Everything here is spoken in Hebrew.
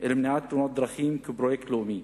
אל מניעת תאונות דרכים כאל פרויקט לאומי.